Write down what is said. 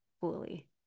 fully